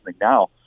now